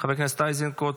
חבר הכנסת איזנקוט,